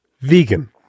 vegan